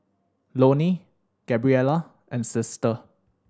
Loney Gabriella and Sister